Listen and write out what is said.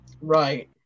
Right